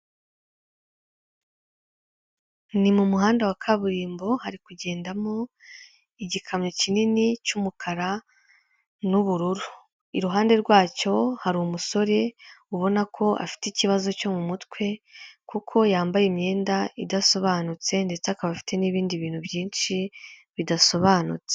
Ni mu muhanda wa kaburimbo, hari kugendamo igikamyo kinini cy'umukara n'ubururu, iruhande rwacyo hari umusore ubona ko afite ikibazo cyo mu mutwe, kuko yambaye imyenda idasobanutse, ndetse akaba afite n'ibindi bintu byinshi bidasobanutse.